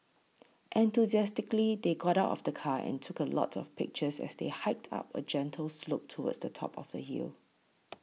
enthusiastically they got out of the car and took a lot of pictures as they hiked up a gentle slope towards the top of the hill